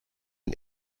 and